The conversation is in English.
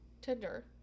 Tinder